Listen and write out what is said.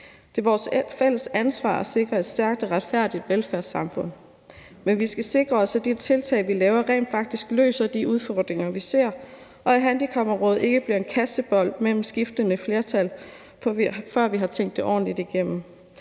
Det er vores fælles ansvar at sikre et stærkt og retfærdigt velfærdssamfund, men vi skal sikre os, at de tiltag, vi laver, rent faktisk løser de udfordringer, vi ser, og at handicapområdet ikke bliver en kastebold mellem skiftende flertal, før vi har tænkt det ordentligt igennem.